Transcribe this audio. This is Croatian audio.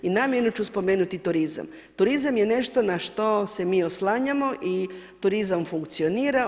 I namjerno ću spomenuti turizam, turizam je nešto na što se mi oslanjamo i turizam funkcionira.